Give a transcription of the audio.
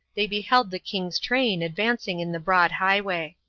they beheld the king's train advancing in the broad highway.